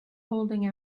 holding